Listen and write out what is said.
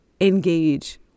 engage